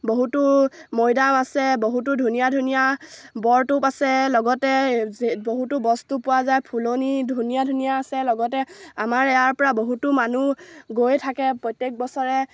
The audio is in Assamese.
বহুতো মৈদাম আছে বহুতো ধুনীয়া ধুনীয়া বৰটোপ আছে লগতে বহুতো বস্তু পোৱা যায় ফুলনি ধুনীয়া ধুনীয়া আছে লগতে আমাৰ ইয়াৰ পৰা বহুতো মানুহ গৈ থাকে প্ৰত্যেক বছৰে